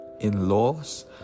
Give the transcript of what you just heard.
In-laws